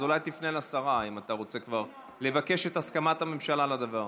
אז אולי תפנה לשרה אם אתה רוצה לבקש את הסכמת הממשלה לדבר.